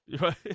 right